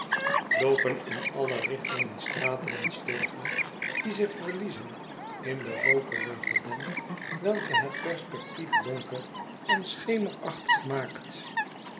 loopen in alle richtingen straten en stegen die zich verliezen in den rookerigen damp welke het perspectief donker en schemerachtig maakt